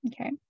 Okay